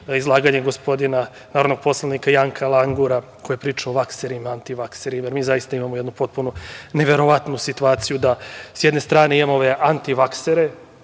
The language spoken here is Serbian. izlaganje gospodina narodnog poslanika Janka Langura, koji je pričao o vakserima, antivakserima. Mi zaista imamo jednu potpuno neverovatnu situaciju da s jedne strane imamo ove antivaksere.